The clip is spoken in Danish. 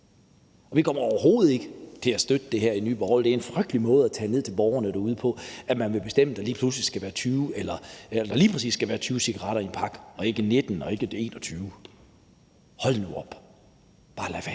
og vi kommer overhovedet ikke til at støtte det her i Nye Borgerlige. Det er en frygtelig måde at tale ned til borgerne derude på, altså at man vil bestemme, at der lige præcis skal være 20 cigaretter i en pakke og ikke 19 og ikke 21. Hold nu op! Bare lad være.